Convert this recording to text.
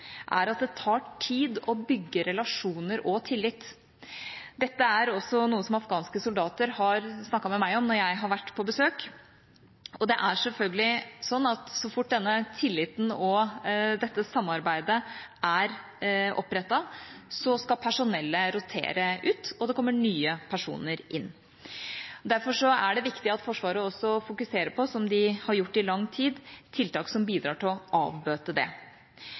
at det tar tid å bygge relasjoner og tillit. Dette er også noe som afghanske soldater har snakket med meg om når jeg har vært på besøk, og det er selvfølgelig sånn at så fort denne tilliten og dette samarbeidet er opprettet, skal personellet rotere ut, og det kommer nye personer inn. Derfor er det viktig at Forsvaret også fokuserer på, som de har gjort i lang tid, tiltak som bidrar til å avbøte det.